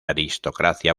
aristocracia